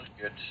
good